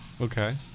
Okay